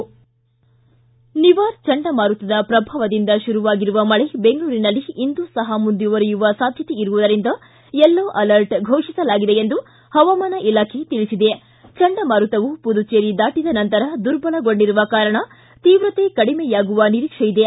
ನಿವಾರ್ ಚಂಡಮಾರುತದ ಪ್ರಭಾವದಿಂದ ಶುರುವಾಗಿರುವ ಮಳೆ ಬೆಂಗಳೂರಿನಲ್ಲಿ ಇಂದೂ ಸಹ ಮುಂದುವರಿಯುವ ಸಾಧ್ಜತೆ ಇರುವುದರಿಂದ ಯೆಲ್ಲೊ ಅಲರ್ಟ್ ಘೋಷಿಸಲಾಗಿದೆ ಎಂದು ಪವಾಮಾನ ಇಲಾಖೆ ತಿಳಿಸಿದೆ ಚಂಡಮಾರುತವು ಪುದುಚೇರಿ ದಾಟಿದ ನಂತದ ದುರ್ಬಲಗೊಂಡಿರುವ ಕಾರಣ ತೀವ್ರತೆ ಕಡಿಯಾಗುವ ನಿರೀಕ್ಷೆ ಇದೆ